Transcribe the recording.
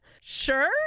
sure